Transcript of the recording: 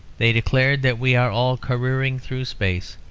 they declared that we are all careering through space,